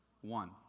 One